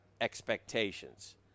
expectations